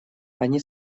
они